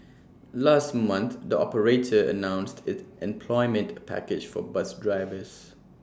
last month the operator announced its employment package for bus drivers